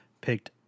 picked